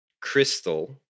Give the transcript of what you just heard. crystal